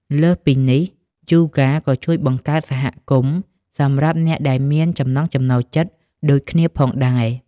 លើសពីនេះ យូហ្គាក៏ជួយ បង្កើតសហគមន៍ សម្រាប់អ្នកដែលមានចំណង់ចំណូលចិត្តដូចគ្នាផងដែរ។